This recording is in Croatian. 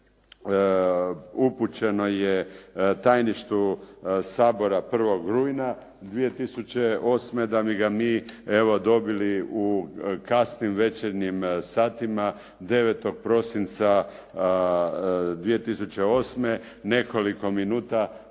upućeno je tajništvu Sabora 1. rujna 2008. da bi ga mi, evo dobili u kasnim večernjim satima 9. prosinca 2008., nekoliko minuta